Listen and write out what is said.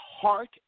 heart